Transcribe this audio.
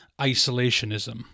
isolationism